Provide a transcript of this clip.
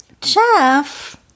Jeff